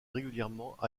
régulièrement